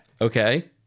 Okay